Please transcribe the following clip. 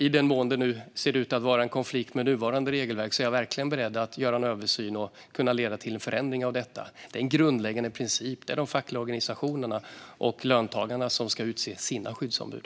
I den mån det ser ut att vara en konflikt med nuvarande regelverk är jag beredd att göra en översyn som kan leda till en förändring. Det är en grundläggande princip att det är de fackliga organisationerna och löntagarna som ska utse sina skyddsombud.